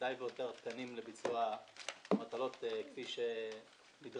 די והותר תקנים לביצוע המטלות כפי שנדרשו